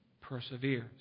perseveres